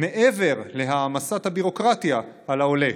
מעבר להעמסת ביורוקרטיה על העולה.